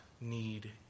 need